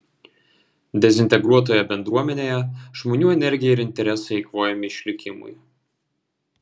dezintegruotoje bendruomenėje žmonių energija ir interesai eikvojami išlikimui